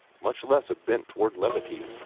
much less a bent toward levity.